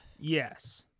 yes